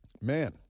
Man